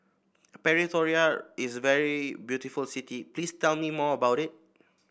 Pretoria is a very beautiful city please tell me more about it